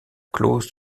clause